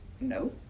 No